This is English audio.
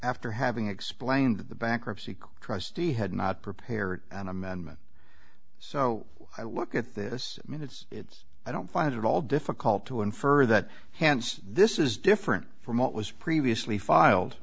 after having explained that the bankruptcy trustee had not prepared an amendment so i look at this i mean it's it's i don't find it at all difficult to infer that hence this is different from what was previously filed